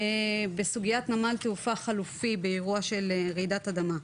בסוגיית נמל תעופה חלופי באירוע של רעידת אדמה,